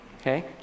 okay